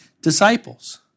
disciples